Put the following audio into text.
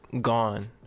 gone